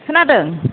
खोनादों